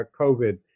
COVID